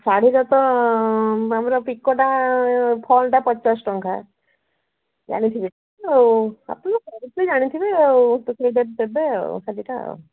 ଶାଢ଼ୀର ତ ଆମର ପିକୋଟା ଫଲ୍ଟା ପଚାଶ ଟଙ୍କା ଜାଣିଥିବେ ଆଉ ଆପଣ ତ କରିଥିବେ ଜାଣିଥିବେ ଆଉ ସେହି ତ ହିସାବରେ ଦେବେ ଆଉ ଶାଢ଼ୀଟା ଆଉ